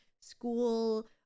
school